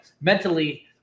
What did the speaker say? mentally